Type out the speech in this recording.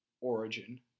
origin